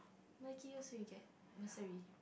so you get bursary